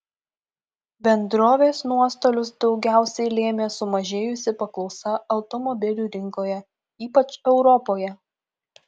bendrovės nuostolius daugiausiai lėmė sumažėjusi paklausa automobilių rinkoje ypač europoje